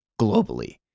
globally